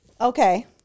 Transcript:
okay